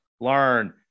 learn